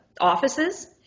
offices